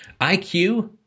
IQ